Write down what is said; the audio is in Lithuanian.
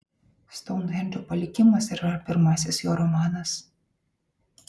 stounhendžo palikimas yra pirmasis jo romanas